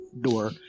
door